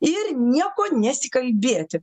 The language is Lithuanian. ir nieko nesikalbėti